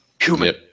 human